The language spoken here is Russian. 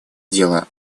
дело